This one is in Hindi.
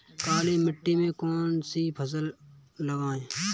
काली मिट्टी में कौन सी फसल लगाएँ?